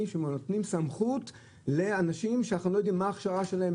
שנותנים סמכות לאנשים שאנחנו לא יודעים מה ההכשרה שלהם,